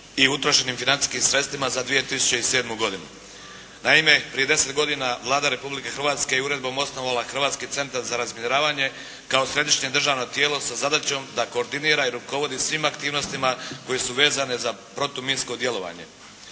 i utrošenim financijskim sredstvima za 2007. godinu. Naime, prije 10 godina Vlada Republike Hrvatske je uredbom osnovala Hrvatski centar za razminiravanje kao središnje državno tijelo sa zadaćom da koordinira i rukovodi svim aktivnostima koje su vezane za protuminsko djelovanje.